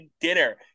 dinner